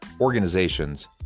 organizations